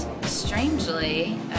strangely